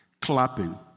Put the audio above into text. Clapping